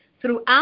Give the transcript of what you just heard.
throughout